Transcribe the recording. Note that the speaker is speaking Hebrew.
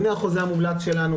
הנה החוזה המומלץ שלנו,